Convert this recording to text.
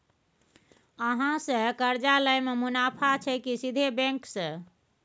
अहाँ से कर्जा लय में मुनाफा छै की सीधे बैंक से?